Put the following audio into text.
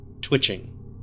twitching